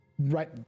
right